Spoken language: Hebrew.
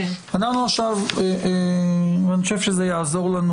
אני חושב שזה יעזור לנו